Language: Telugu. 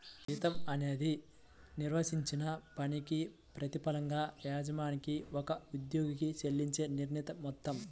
జీతం అనేది నిర్వర్తించిన పనికి ప్రతిఫలంగా యజమాని ఒక ఉద్యోగికి చెల్లించే నిర్ణీత మొత్తం